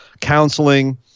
counseling